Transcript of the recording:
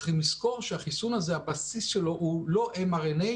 צריכים לזכור שהבסיס של החיסון הזה הוא לא mRNA,